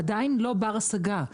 עדיין הוא לא בר השגה.